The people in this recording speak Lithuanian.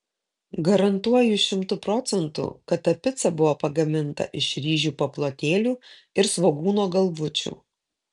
garantuoju šimtu procentų kad ta pica buvo pagaminta iš ryžių paplotėlių ir svogūno galvučių